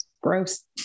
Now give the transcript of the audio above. gross